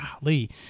golly